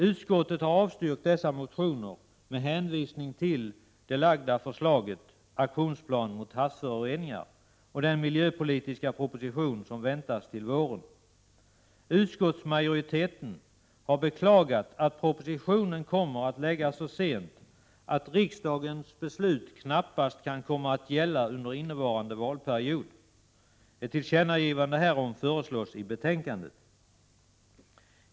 Utskottet har avstyrkt dessa motioner med hänvisning till det framlagda förslaget Aktionsplan mot havsföroreningar och den miljöpolitiska proposition som väntas till våren. Utskottets majoritet har beklagat att propositionen kommer så sent att riksdagens beslut knappast kan komma att gälla under innevarande valperiod. Ett tillkännagivande härom föreslås i betänkandet.